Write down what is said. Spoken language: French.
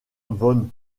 von